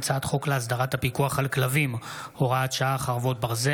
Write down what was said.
הצעת חוק הגבלת מכירה של קנביס רפואי בסביבת בתי ספר,